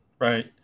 right